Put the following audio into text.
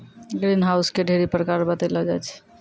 green house के ढ़ेरी प्रकार बतैलो जाय छै